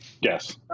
Yes